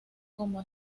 como